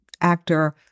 actor